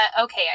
okay